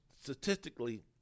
statistically